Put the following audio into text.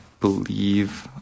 believe